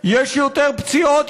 יש יותר פציעות,